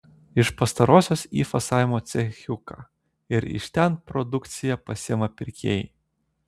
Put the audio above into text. iš pastarosios į fasavimo cechiuką ir iš ten produkciją pasiima pirkėjai